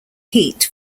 heat